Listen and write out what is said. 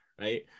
right